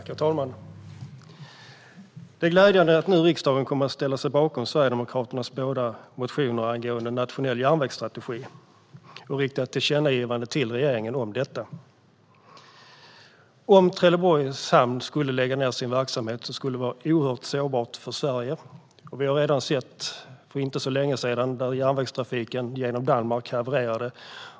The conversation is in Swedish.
Herr talman! Det är glädjande att riksdagen nu kommer att ställa sig bakom Sverigedemokraternas båda motioner angående nationell järnvägsstrategi och rikta ett tillkännagivande till regeringen om detta. Om Trelleborgs hamn skulle lägga ned sin verksamhet skulle det vara oerhört sårbart för Sverige. Vi har för inte så länge sedan sätt hur järnvägstrafiken genom Danmark havererade.